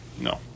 no